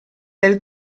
del